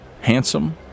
handsome